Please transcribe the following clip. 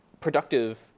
productive